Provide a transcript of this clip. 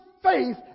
Faith